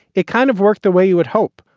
it kind of worked the way you would hope,